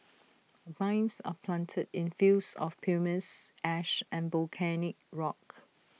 vines are planted in fields of pumice ash and volcanic rock